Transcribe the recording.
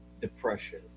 depression